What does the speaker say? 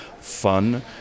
fun